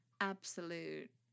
absolute